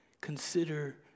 Consider